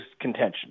contention